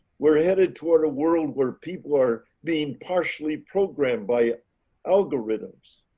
we're headed toward a world where people are being partially programmed by algorithms.